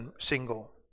single